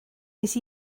nes